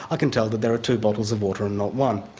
i can tell that there are two bottles of water and not one.